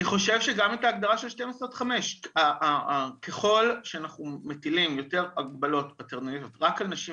אני חושב שגם את ההגדרה של 24:00 עד 5:00. ככל שאנחנו מטילים יותר הגבלות רק על נשים,